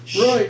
Right